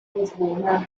lisbona